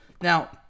Now